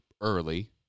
early